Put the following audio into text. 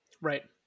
right